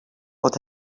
what